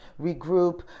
regroup